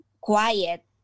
quiet